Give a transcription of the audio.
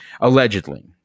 allegedly